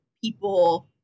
people